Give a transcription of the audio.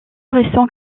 récents